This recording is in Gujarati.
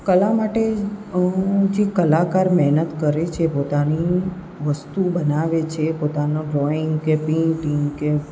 કલા માટે જે કલાકાર મહેનત કરે છે પોતાની વસ્તુ બનાવે છે પોતાનો ડ્રોઈંગ કે પેઇન્ટિંગ